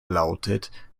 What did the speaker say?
lautet